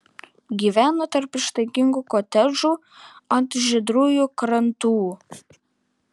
gyvena tarp ištaigingų kotedžų ant žydrųjų krantų